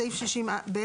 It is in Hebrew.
בסעיף 60(ב),